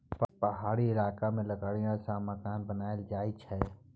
पहाड़ी इलाका मे लकड़ी सँ मकान बनाएल जाई छै